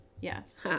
Yes